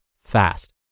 fast